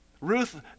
Ruth